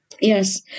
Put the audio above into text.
Yes